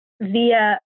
via